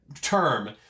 term